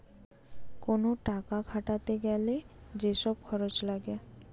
কোন টাকা খাটাতে গ্যালে যে সব খরচ লাগে